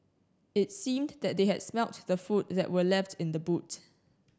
it seemed that they had smelt the food that were left in the boot